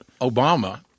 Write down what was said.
Obama